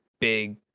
Big